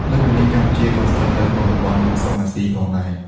លើសពីនេះ កម្ពុជាក៏ស្ថិតនៅក្នុងតំបន់មូសុងអាស៊ីផងដែរ។